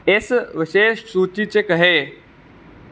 इस बशेश सूची च केह् ऐ